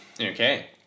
Okay